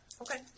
Okay